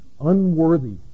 unworthy